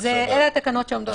אלה התקנות שעומדות כאן.